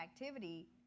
activity